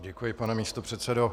Děkuji, pane místopředsedo.